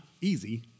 easy